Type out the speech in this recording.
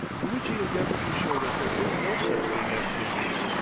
in which he endeavored to show that there is no such thing as genius,